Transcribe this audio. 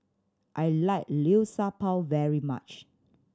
I like Liu Sha Bao very much